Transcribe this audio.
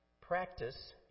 practice